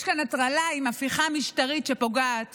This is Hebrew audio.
יש כאן הטרלה עם הפיכה משטרית שפוגעת